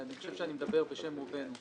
ואני חושב שאני מדבר בשם רובנו: